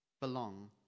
belong